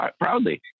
proudly